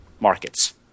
markets